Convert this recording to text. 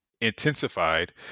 intensified